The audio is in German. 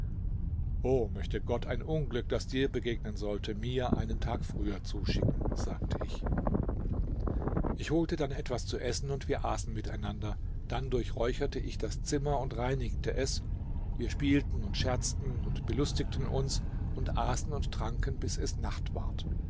o möchte gott ein unglück das dir begegnen sollte mir einen tag früher zuschicken sagte ich ich holte dann etwas zu essen und wir aßen miteinander dann durchräucherte ich das zimmer und reinigte es wie spielten und scherzten und belustigten uns und aßen und tranken bis es nacht ward